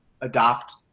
adopt